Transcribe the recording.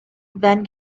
then